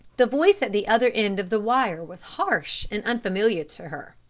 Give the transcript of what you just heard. the voice at the other end of the wire was harsh and unfamiliar to her.